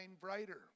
brighter